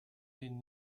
den